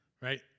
Right